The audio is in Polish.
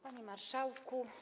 Panie Marszałku!